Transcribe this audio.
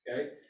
Okay